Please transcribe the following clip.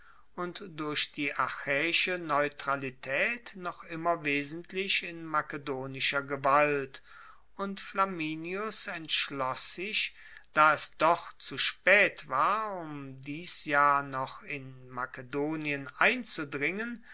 und durch die achaeische neutralitaet noch immer wesentlich in makedonischer gewalt und flamininus entschloss sich da es doch zu spaet war um dies jahr noch in makedonien einzudringen